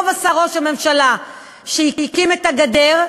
טוב עשה ראש הממשלה כשהקים את הגדר,